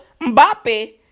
Mbappe